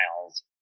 miles